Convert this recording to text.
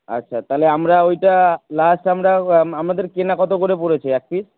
আচ্ছা তাহলে আমরা ওইটা লাস্ট আমরা আমাদের কেনা কত করে পড়েছে এক পিস